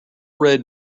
red